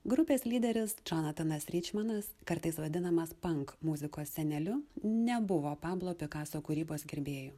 grupės lyderis džonatanas ryčmanas kartais vadinamas pank muzikos seneliu nebuvo pablo pikaso kūrybos gerbėju